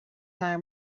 time